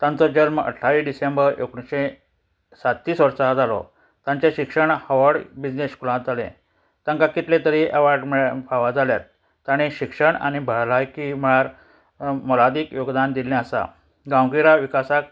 तांचो जल्म अठ्ठावीस डिसेंबर एकुणिशें सात्तीस वर्सा जालो तांचें शिक्षण हवर्ड बिजनेस स्कुलांत जालें तांकां कितले तरी अवाड ळ्या फावो जाल्यात ताणें शिक्षण आनी भलायकी मळार मोलादीक योगदान दिल्लें आसा गांवगिऱ्या विकासाक